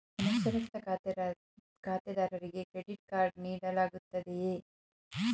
ಅನಕ್ಷರಸ್ಥ ಖಾತೆದಾರರಿಗೆ credit card ನೀಡಲಾಗುತ್ತದೆಯೇ?